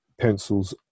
pencils